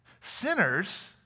Sinners